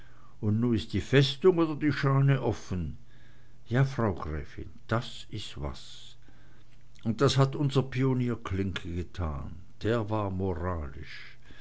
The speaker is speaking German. und nu ist die festung oder die schanze offen ja frau gräfin das ist was und das hat unser pionier klinke getan der war moralisch